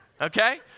okay